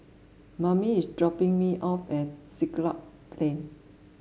Momy is dropping me off at Siglap Plain